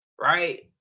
right